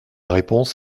réponse